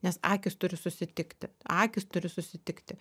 nes akys turi susitikti akys turi susitikti